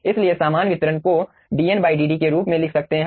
इसलिए सामान्य वितरण को dn dd के रूप में लिख सकते हैं